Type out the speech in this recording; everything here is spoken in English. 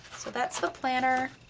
so that's the planner.